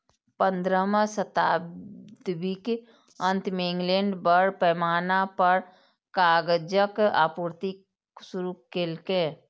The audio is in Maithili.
पंद्रहम शताब्दीक अंत मे इंग्लैंड बड़ पैमाना पर कागजक आपूर्ति शुरू केलकै